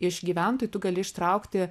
iš gyventojų tu gali ištraukti